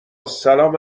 سلام